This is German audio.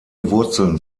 wurzeln